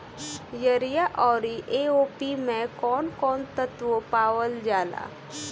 Urea औरी AOP मै कौवन कौवन तत्व पावल जाला?